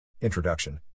Introduction